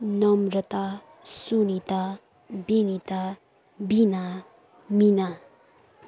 Namrata Sunita Binita Veena Meena